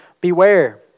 Beware